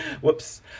Whoops